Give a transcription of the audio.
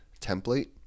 template